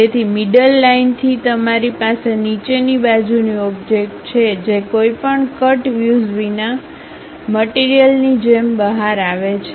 તેથી middle line થી તમારી પાસે નીચેની બાજુની ઓબ્જેક્ટ છે જે કોઈપણ કટ વ્યુઝ વિના મટીરીયલની જેમ બહાર આવે છે